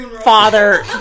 father